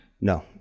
no